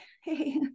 hey